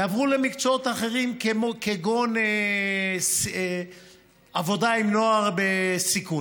יעברו למקצועות אחרים, כגון עבודה עם נוער בסיכון.